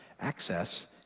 access